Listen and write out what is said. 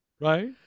Right